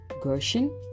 Gershon